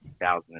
2000